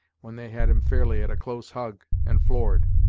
when they had him fairly at a close hug, and floored.